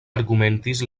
argumentis